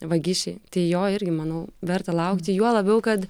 vagišiai tai jo irgi manau verta laukti juo labiau kad